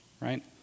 right